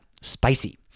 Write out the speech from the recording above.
spicy